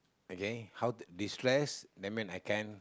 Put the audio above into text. okay how de stress that mean I can